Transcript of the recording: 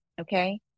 Okay